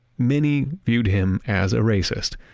many viewed him as a racist.